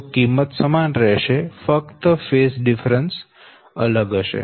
તો કિંમત સમાન રહેશે ફક્ત ફેઝ ડિફરન્સ અલગ હશે